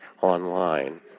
online